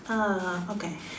ah okay